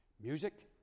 music